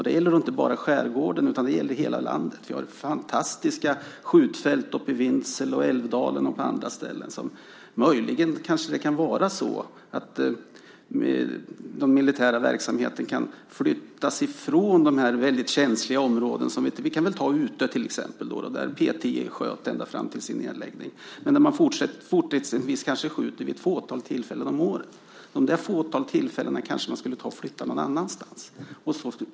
Det gäller inte bara skärgården, utan det gäller hela landet. Vi har fantastiska skjutfält uppe i Vidsel, i Älvdalen och på andra ställen. Möjligen kanske det kan vara så att militär verksamhet kan flyttas ifrån dessa väldigt känsliga områden. Vi kan ta Utö till exempel, där P 10 sköt ända fram till sin nedläggning, där man fortsättningsvis kanske skjuter vid ett fåtal tillfällen om året. Det där fåtalet tillfällen kanske man skulle ta och flytta någon annanstans.